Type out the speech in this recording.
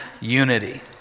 unity